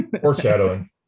Foreshadowing